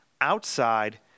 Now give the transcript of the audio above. outside